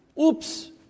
Oops